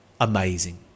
amazing